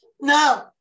no